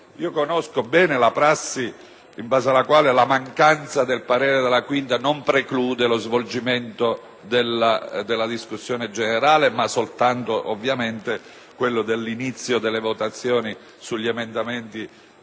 che conosco bene la prassi in base alla quale la mancanza del parere della 5a Commissione non preclude lo svolgimento della discussione generale, ma soltanto l'inizio delle votazioni sugli emendamenti